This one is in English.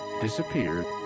disappeared